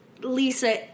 Lisa